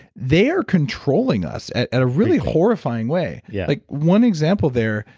they are controlling us at at a really horrifying way. yeah like one example there,